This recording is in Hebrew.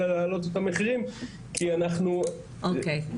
אלא להעלות את המחירים כי אנחנו --- אוקיי.